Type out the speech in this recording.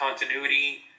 continuity